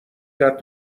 کرد